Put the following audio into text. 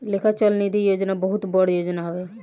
लेखा चल निधी योजना बहुत बड़ योजना हवे